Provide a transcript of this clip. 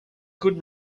good